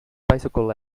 bicycle